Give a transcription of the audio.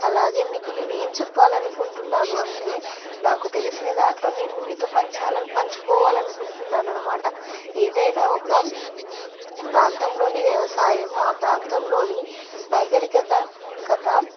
అలాగే మీకు నేను ఏం చెప్పాలని అనుకుంటున్నాను అంటే నాకు తెలిసిన దాంట్లో నేను మీతో పంచాలని పంచుకోవాలని అనుకుంటున్నాను అన్నమాట ఏదైనా ఒక ప్రాంతంలో వ్యవసాయం ఆ ప్రాంతంలోని నాగరికత